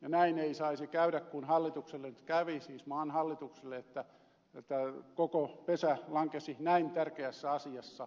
ja näin ei saisi käydä kuin hallitukselle nyt kävi siis maan hallitukselle että koko pesä lankesi näin tärkeässä asiassa syliin